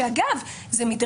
שהוא מדרג מפוקח,